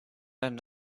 end